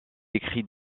écrit